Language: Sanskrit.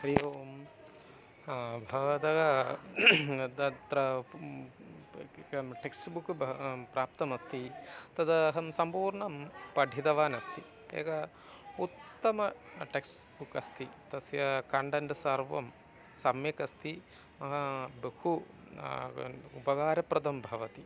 हरि ओं भवतः तत्र टेक्स्ट् बुक् प्राप्तमस्ति तत् अहं सम्पूर्णं पठितवान् अस्ति एकम् उत्तम टेक्स्ट् बुक् अस्ति तस्य कण्टेण्ट् सर्वं सम्यक् अस्ति बहु उपकारप्रतं भवति